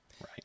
Right